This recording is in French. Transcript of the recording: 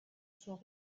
sont